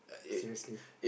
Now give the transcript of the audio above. seriously